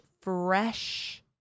fresh